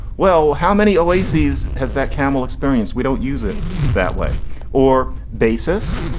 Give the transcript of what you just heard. well, how many oases has that camel experience? we don't use it that way or basis.